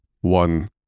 One